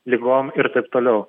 ligom ir taip toliau